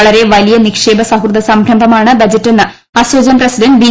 വളരെ വലിയ നിക്ഷേപ സൌഹൃദ സംരംഭമാണ് ബജറ്റെന്ന് അസോചാം പ്രസിഡന്റ് ബി